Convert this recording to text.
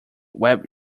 web